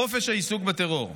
חופש העיסוק בטרור.